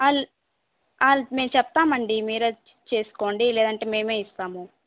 all ఆళ్ల్ మేము చెప్తామండి మీరు వచ్చి చేసుకోండి లేదంటే మేమే ఇస్తాము